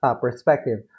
perspective